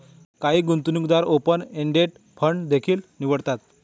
काही गुंतवणूकदार open ended fund देखील निवडतात